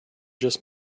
just